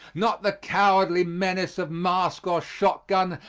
not the cowardly menace of mask or shotgun,